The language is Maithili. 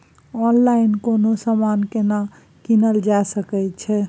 ऑनलाइन कोनो समान केना कीनल जा सकै छै?